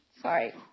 Sorry